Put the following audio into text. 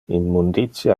immunditia